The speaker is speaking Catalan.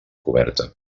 coberta